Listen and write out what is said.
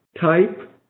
Type